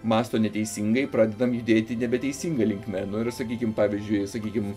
mąsto neteisingai pradedam judėti nebeteisinga linkme nu ir sakykim pavyzdžiui sakykim